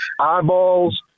eyeballs